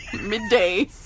midday